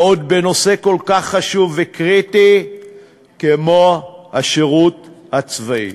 ועוד בנושא כל כך חשוב וקריטי כמו השירות הצבאי.